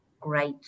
great